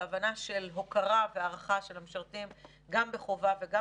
בהבנה של הוקרה והערכה של המשרתים גם בחובה וגם